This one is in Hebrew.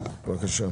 הכלכלה.